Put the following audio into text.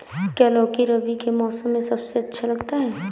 क्या लौकी रबी के मौसम में सबसे अच्छा उगता है?